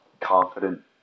confident